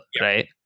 Right